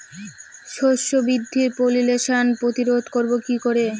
শস্য বৃদ্ধির পলিনেশান প্রতিরোধ করব কি করে?